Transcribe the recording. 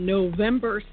November